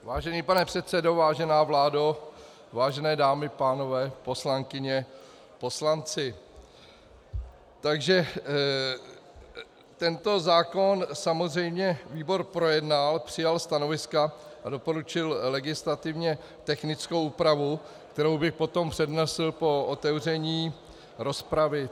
Vážený pane předsedo, vážená vládo, vážené dámy, pánové, poslankyně, poslanci, tento zákon samozřejmě výbor projednal, přijal stanoviska a doporučil legislativně technickou úpravu, kterou bych potom přednesl po otevření rozpravy.